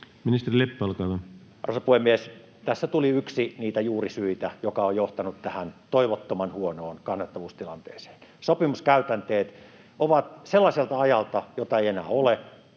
Time: 16:17 Content: Arvoisa puhemies! Tässä tuli yksi niitä juurisyitä, joka on johtanut tähän toivottoman huonoon kannattavuustilanteeseen. Sopimuskäytänteet ovat sellaiselta ajalta, jota ei enää ole.